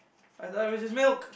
I though it was just milk